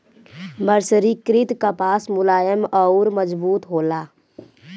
मर्सरीकृत कपास मुलायम अउर मजबूत होला